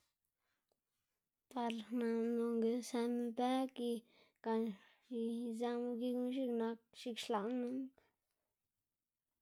Par naꞌ nonga sën bëg y gan izëꞌmu gikma x̱iꞌk nak x̱iꞌk xlaꞌm minn.